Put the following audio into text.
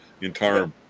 entire